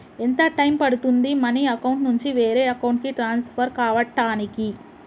ఎంత టైం పడుతుంది money account నుంచి వేరే అకౌంట్ కి ట్రాన్స్ఫర్ కావటానికి?